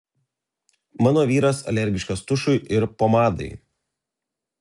mano vyras alergiškas tušui ir pomadai